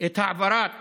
את העברת